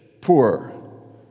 poor